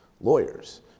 lawyers